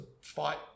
fight